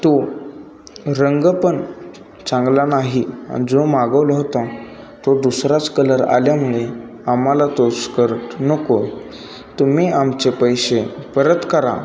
तो रंग पण चांगला नाही आणि जो मागवलं होता तो दुसराच कलर आल्यामुळे आम्हाला तो स्कर्ट नको तुम्ही आमचे पैसे परत करा